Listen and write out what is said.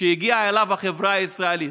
שהגיעה אליו החברה הישראלית.